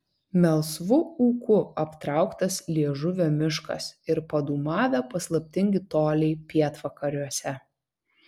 melsvu ūku aptrauktas liežuvio miškas ir padūmavę paslaptingi toliai pietvakariuose